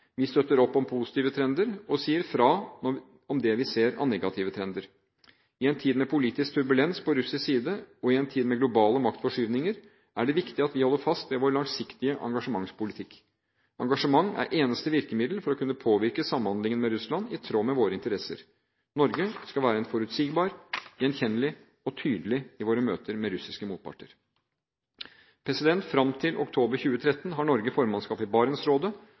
Vi støtter opp om positive trender og sier fra om det vi ser av negative trender. I en tid med politisk turbulens på russisk side – og i en tid med globale maktforskyvninger – er det viktig at vi holder fast ved vår langsiktige engasjementspolitikk. Engasjement er eneste virkemiddel for å kunne påvirke samhandlingen med Russland i tråd med våre interesser. Norge skal være forutsigbar, gjenkjennelig og tydelig i sine møter med russiske motparter. Fram til oktober 2013 har Norge formannskapet i Barentsrådet,